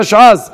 התשע"ז 2017,